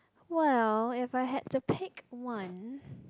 well if I had to pick one